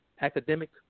academic